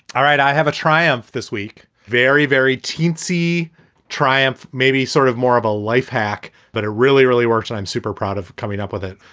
all right. i have a triumph this week. very, very teensy triumph, maybe sort of more of a life hack, but it really, really works. i'm super proud of coming up with it.